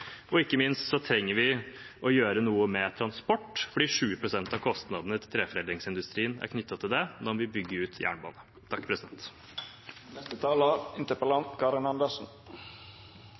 Ikke minst trenger vi å gjøre noe med transport fordi 20 pst. av kostnadene til treforedlingsindustrien er knyttet til det. Da må vi bygge ut jernbane.